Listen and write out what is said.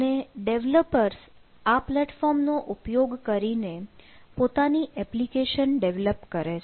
અને ડેવલપર્સ આ પ્લેટફોર્મનો ઉપયોગ કરીને પોતાની એપ્લિકેશન ડેવલોપ કરે છે